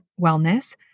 wellness